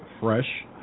fresh